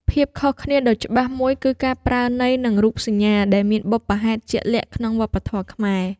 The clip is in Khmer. ភាពខុសគ្នាដ៏ច្បាស់មួយគឺការប្រើន័យ និងរូបសញ្ញា ដែលមានបុព្វហេតុជាក់លាក់ក្នុងវប្បធម៌ខ្មែរ។